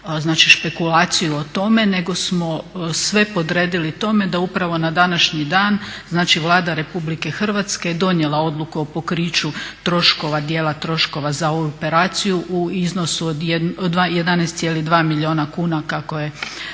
špekulaciju o tome nego smo sve podredili tome da upravo na današnji dan Vlada RH je donijela odluku o pokriću troškova, dijela troškova za operaciju u iznosu od 11,2 milijuna kuna kako je